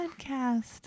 podcast